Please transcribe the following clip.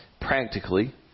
practically